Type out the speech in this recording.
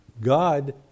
God